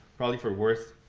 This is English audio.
probably for worse,